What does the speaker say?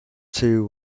two